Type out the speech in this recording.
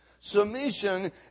Submission